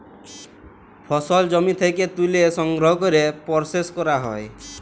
ফসল জমি থ্যাকে ত্যুলে সংগ্রহ ক্যরে পরসেস ক্যরা হ্যয়